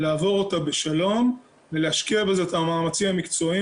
ולעבור אותה בשלום ולהשקיע בזה את המאמצים המקצועיים